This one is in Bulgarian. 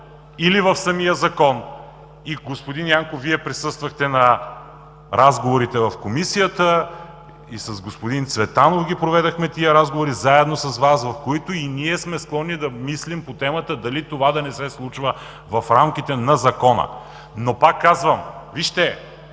или в самия Закон? Господин Янков, Вие присъствахте на разговорите в Комисията и с господин Цветанов проведохме тези разговори, заедно с Вас, в които и ние сме склонни да мислим по темата дали това да не се случва в рамките на Закона. Но пак казвам,